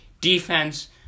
defense